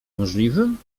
możliwym